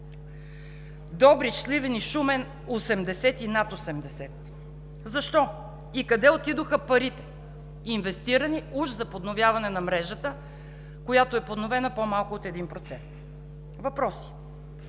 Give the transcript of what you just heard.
Добрич, Сливен и Шумен – 80 и над 80%. Защо и къде отидоха парите, инвестирани уж за подновяване на мрежата, която е подновена по-малко от 1%? – Въпрос.